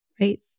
right